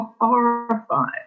horrified